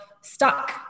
stuck